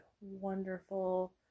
wonderful